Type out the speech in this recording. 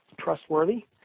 trustworthy